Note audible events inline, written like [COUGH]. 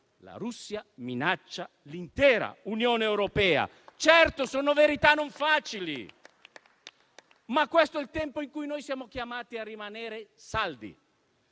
la Russia minaccia l'intera Unione europea. [APPLAUSE] Certo, sono verità non facili, ma questo è il tempo in cui noi siamo chiamati a rimanere saldi